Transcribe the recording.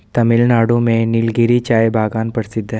तमिलनाडु में नीलगिरी चाय बागान प्रसिद्ध है